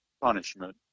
punishment